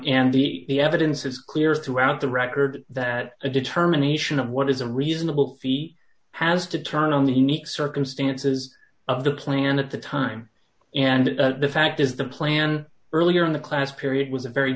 d the evidence is clear throughout the record that a determination of what is a reasonable fee has to turn on the unique circumstances of the plan at the time and the fact is the plan earlier in the class period was a very